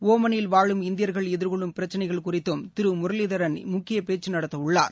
ஒமனில் வாழும் இந்தியர்கள் எதிர்கொள்ளும் பிரச்சினைகள் குறித்தும் திரு முரளிதரன் முக்கிய பேச்சு நடத்தவுள்ளார்